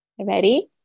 Ready